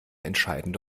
entscheidende